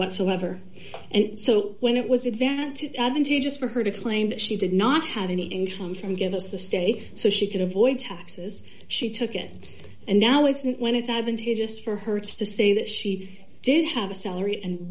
whatsoever and so when it was in that to advantageous for her to claim that she did not have any income from give us the state so she could avoid taxes she took it and now isn't when it's advantageous for her to say that she did have a salary and